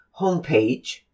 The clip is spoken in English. homepage